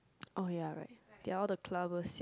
oh ya right they are all the clubbers [siol]